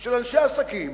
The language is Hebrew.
של אנשי עסקים.